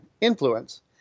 influence